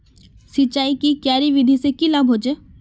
सिंचाईर की क्यारी विधि से की लाभ होचे?